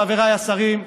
חבריי השרים,